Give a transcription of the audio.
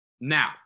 Now